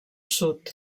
sud